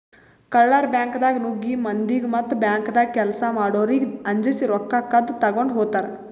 ಕಳ್ಳರ್ ಬ್ಯಾಂಕ್ದಾಗ್ ನುಗ್ಗಿ ಮಂದಿಗ್ ಮತ್ತ್ ಬ್ಯಾಂಕ್ದಾಗ್ ಕೆಲ್ಸ್ ಮಾಡೋರಿಗ್ ಅಂಜಸಿ ರೊಕ್ಕ ಕದ್ದ್ ತಗೊಂಡ್ ಹೋತರ್